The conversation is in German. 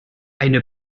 eine